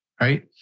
right